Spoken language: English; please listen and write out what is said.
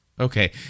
Okay